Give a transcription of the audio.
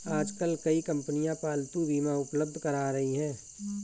आजकल कई कंपनियां पालतू बीमा उपलब्ध करा रही है